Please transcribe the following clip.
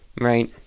right